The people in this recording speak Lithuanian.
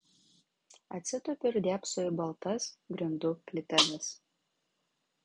atsitupiu ir dėbsau į baltas grindų plyteles